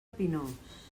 pinós